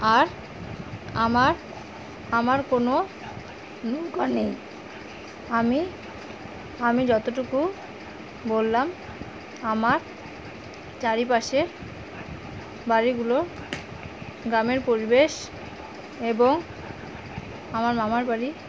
আর আমার আমার কোনো নৌকা নেই আমি আমি যতটুকু বললাম আমার চারিপাশের বাড়িগুলো গ্রামের পরিবেশ এবং আমার মামার বাড়ি